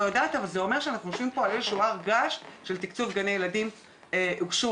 אני מלווה תקציבית בערך ב-30 רשויות מקומיות